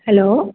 hello